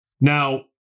Now